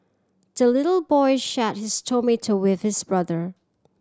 the little boy shared his tomato with his brother